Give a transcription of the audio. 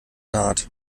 naht